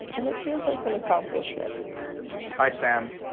and it feels like an accomplishment hi, sam.